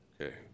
Okay